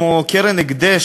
כמו קרן הקדש,